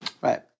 Right